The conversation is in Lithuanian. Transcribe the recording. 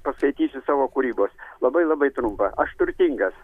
paskaitysiu savo kūrybos labai labai trumpą aš turtingas